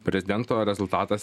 prezidento rezultatas